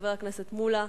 חבר הכנסת מולה.